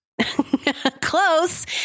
close